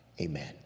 amen